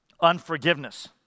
unforgiveness